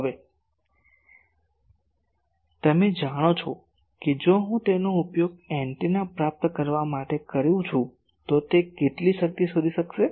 હવે તમે જાણો છો કે જો હું તેનો ઉપયોગ એન્ટેના પ્રાપ્ત કરવા તરીકે કરું છું તો તે કેટલી શક્તિ શોધી શકશે